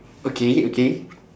okay okay